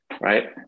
right